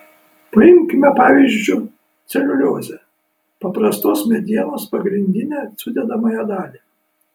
paimkime pavyzdžiu celiuliozę paprastos medienos pagrindinę sudedamąją dalį